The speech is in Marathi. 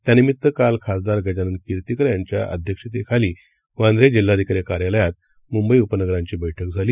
त्यानिमित्तकाल खासदारगजाननकीर्तिकरयांच्याअध्यक्षतेखालीवांद्रेजिल्हाधिकारीकार्यालयातमुंबईउपनगरांचीबैठकझाली